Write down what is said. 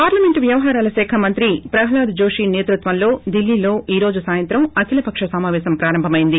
parliament వ్యవహారాల శాఖ మంత్రి ప్రహ్లాద్ జోషి నేతృత్వంలో దిల్లీలో ఈ రోజు సాయంత్రం అభిలపక్ష సమాపేశం ప్రారంభమైంది